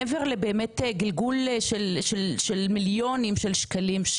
מעבר באמת לגלגול של מיליונים של שקלים,